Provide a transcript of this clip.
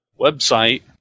website